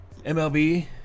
MLB